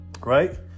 right